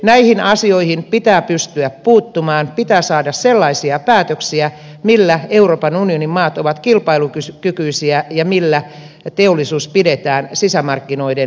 näihin asioihin pitää pystyä puuttumaan pitää saada sellaisia päätöksiä millä euroopan unionin maat ovat kilpailukykyisiä ja millä teollisuus pidetään sisämarkkinoiden sisäpuolella